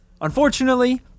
Unfortunately